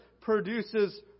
produces